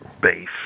base